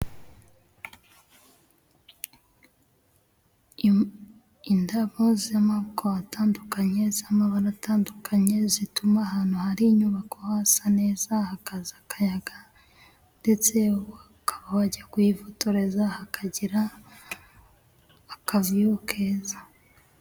Indabo z'amako atandukanye z'amabara atandukanye, zituma ahantu hari inyubako hasa neza, hakaza akayaga ndetse ukaba wajya kuhifotoreza hakagira akavuyo keza.